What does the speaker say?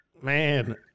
Man